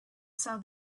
saw